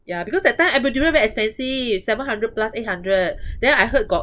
ya because that time epidural very expensive seven hundred plus eight hundred then I heard got